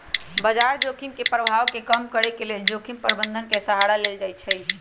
बजार जोखिम के प्रभाव के कम करेके लेल जोखिम प्रबंधन के सहारा लेल जाइ छइ